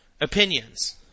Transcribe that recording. opinions